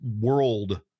world